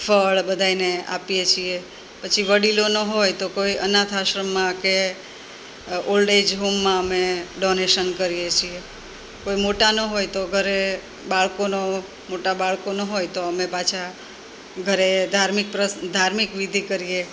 ફળ બધાય ને આપીએ છીએ પછી વડીલોનો હોય તો કોઈ અનાથ આશ્રમમાં કે ઓલ્ડ એજ હોમમાં અમે ડોનેશન કરીએ છીએ કોઈ મોટાનો હોય તો ઘરે બાળકોનો મોટા બાળકોનો હોય તો અમે પાછા ઘરે ધાર્મિક પ્રસંગ ધાર્મિક વિધિ કરીએ